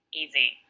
easy